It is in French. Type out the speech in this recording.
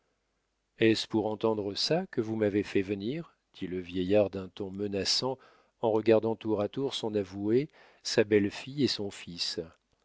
est-ce pour entendre ça que vous m'avez fait venir dit le vieillard d'un ton menaçant en regardant tour à tour son avoué sa belle-fille et son fils